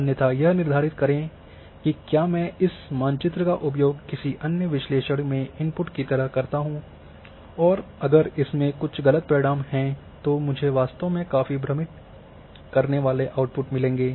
अन्यथा यह निर्धारित करें कि क्या मैं इस मानचित्र का उपयोग किसी अन्य विश्लेषण में इनपुट की तरह करता हूं और अगर इसमें कुछ गलत परिणाम हैं तो मुझे वास्तव में काफ़ी भ्रमित करने वाले आउटपुट मिलेंगे